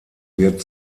wird